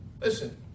listen